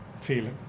feeling